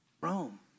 Rome